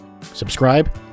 Subscribe